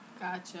Gotcha